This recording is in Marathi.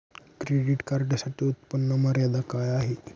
क्रेडिट कार्डसाठी उत्त्पन्न मर्यादा काय आहे?